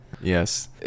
Yes